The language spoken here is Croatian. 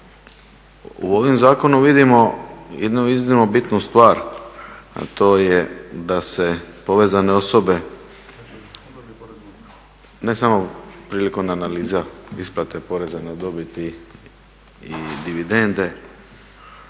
vidimo jednu iznimno bitnu stvar, a to je da se povezane osobe, ne samo prilikom analiza isplate poreza na dobit i dividende